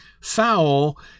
foul